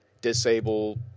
disable